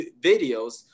videos